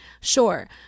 sure